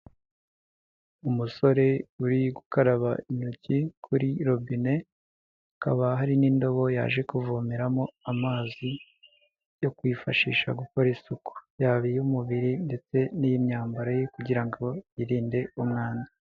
Umusore uri gukaraba intoki kuri robine, hakaba hari n'indobo yaje kuvomeramo amazi yo kwifashisha gukora isuku, yaba iy'umubiri ndetse n'imyambaro ye kugira ngo yirinde umwanda.